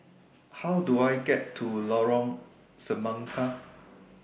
How Do I get to Lorong Semangka